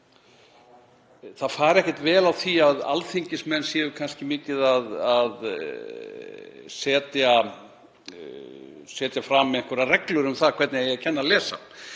að ekki fari vel á því að alþingismenn séu mikið að setja fram einhverjar reglur um það hvernig eigi að kenna að lesa.